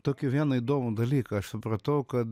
tokį vieną įdomų dalyką aš supratau kad